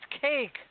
cake